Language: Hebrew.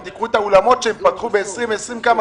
אם תיקחו את האולמות שפתחו ב-2020 וכמה